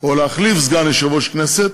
או להחליף סגן יושב-ראש כנסת,